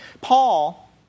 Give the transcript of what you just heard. Paul